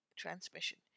Transmission